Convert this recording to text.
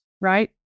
right